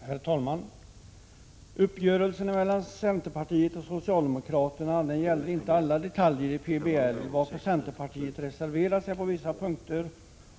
Herr talman! Uppgörelsen mellan centerpartiet och socialdemokraterna 26 november 1986 gällde inte alla detaljer i PBL, varför centerpartiet har reserverat sig på vissa mon ofog punkter.